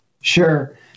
Sure